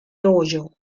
hoyo